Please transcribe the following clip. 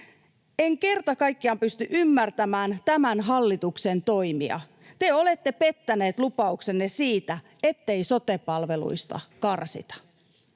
En kerta kaikkiaan pysty ymmärtämään tämän hallituksen toimia. Te olette pettäneet lupauksenne siitä, ettei sote-palveluista karsita.